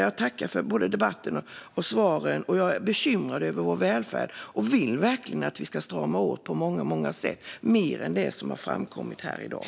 Jag tackar för debatten och svaren, och jag är bekymrad över vår välfärd och vill verkligen att vi ska strama åt på många sätt - fler än vad som har framkommit här i dag.